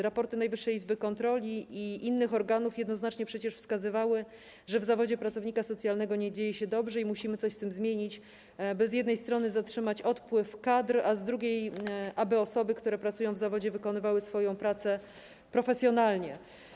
Raporty Najwyższej Izby Kontroli i innych organów jednoznacznie przecież wskazywały, że w zawodzie pracownika socjalnego nie dzieje się dobrze i musi się coś zmienić, by z jednej strony zatrzymać odpływ kadr, a z drugiej, by osoby, które pracują w zawodzie, wykonywały swoją pracę profesjonalnie.